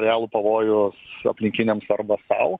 realų pavojų s aplinkiniams arba sau